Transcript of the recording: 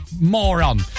moron